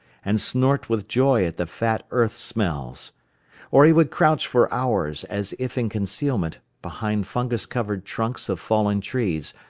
and snort with joy at the fat earth smells or he would crouch for hours, as if in concealment, behind fungus-covered trunks of fallen trees,